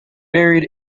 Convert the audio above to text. married